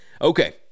Okay